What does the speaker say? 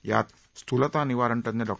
यात स्थूलता निवारण तज्ञ डॉ